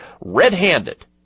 red-handed